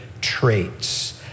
traits